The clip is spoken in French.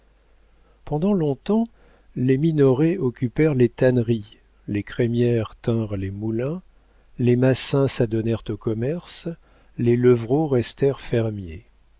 pendant longtemps les minoret occupèrent les tanneries les crémière tinrent les moulins les massin s'adonnèrent au commerce les levrault restèrent fermiers